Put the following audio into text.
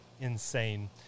insane